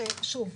שוב,